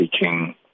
speaking